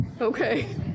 Okay